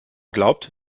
glaubt